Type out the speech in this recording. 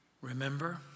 Remember